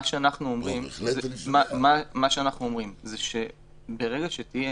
מה שאנחנו אומרים זה שברגע שתהיה